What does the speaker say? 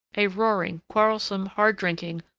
a roaring, quarrelsome, hard-drinking,